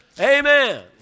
Amen